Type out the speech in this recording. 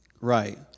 right